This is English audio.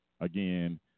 Again